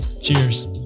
Cheers